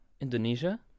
Indonesia